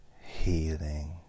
healing